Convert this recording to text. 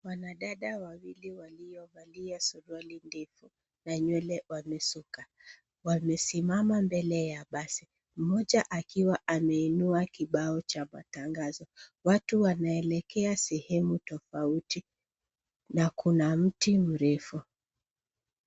Wanadada wawili waliovalia suruali ndefu na nywele wamesuka wamesimama mbele ya basi. Mmoja akiwa ameinua kibao cha matangazo. Watu wanaelekea sehemu tofauti na kuna mti mrefu.